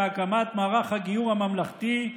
בהקמת מערך הגיור הממלכתי,